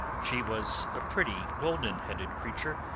she was a pretty, golden-headed creature,